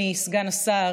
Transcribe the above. הוגן.